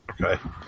Okay